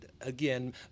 again